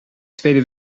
tweede